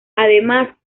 además